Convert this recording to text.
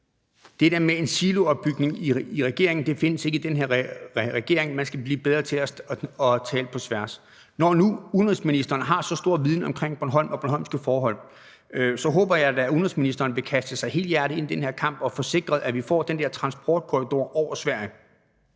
at det med en siloopbygning i en regering ikke findes i den her regering, og at man skal blive bedre til at tale på tværs af ministerierne. Når nu udenrigsministeren har så stor viden om Bornholm og de bornholmske forhold, håber jeg da, at udenrigsministeren vil kaste sig helhjertet ind i den her kamp og få sikret, at vi får den der transportkorridor gennem Sverige.